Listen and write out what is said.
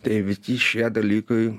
tai visi šie dalykai